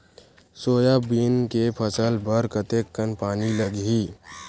Soybean के फसल बर कतेक कन पानी लगही?